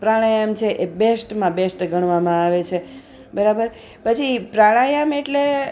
પ્રાણાયામ છે એ બેસ્ટમાં બેસ્ટ ગણવામાં આવે છે બરાબર પછી પ્રણાયામ એટલે